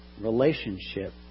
relationship